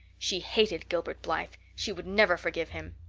she hated gilbert blythe! she would never forgive him!